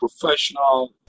professional